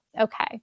Okay